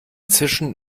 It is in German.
zischen